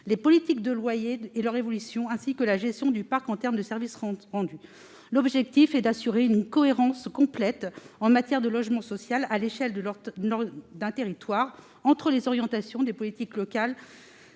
les politiques de loyer et leur évolution et la gestion du parc en termes de services rendus. L'objectif est d'assurer une cohérence complète en matière de logement social à l'échelle d'un territoire entre les orientations des politiques locales